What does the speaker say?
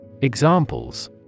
Examples